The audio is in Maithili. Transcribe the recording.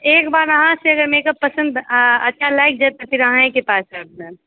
एकबार अहाँके मेकअप पसन्द अच्छा लागि जायत तऽ फिर अही के पास आयब मैम